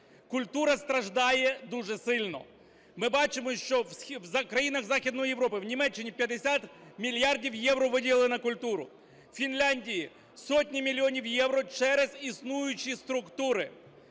Культура страждає дуже сильно. Ми бачимо, що в країнах Західної Європи: в Німеччині 50 мільярдів євро виділили на культуру, в Фінляндії сотні мільйонів євро через існуючі структури.